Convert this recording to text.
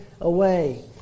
away